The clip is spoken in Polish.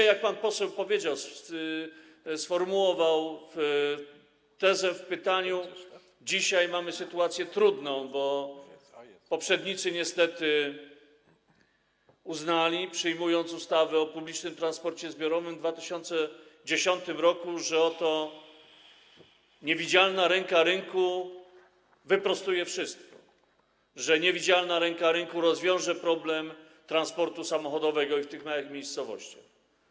Jak pan poseł powiedział i jak sformułował tę tezę w pytaniu, dzisiaj mamy sytuację trudną, bo poprzednicy niestety uznali, przyjmując ustawę o publicznym transporcie zbiorowym w 2010 r., że oto niewidzialna ręka rynku wyprostuje wszystko, że niewidzialna ręka rynku rozwiąże problem transportu samochodowego w małych miejscowościach.